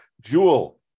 Jewel